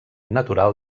natural